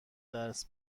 درس